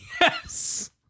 Yes